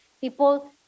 People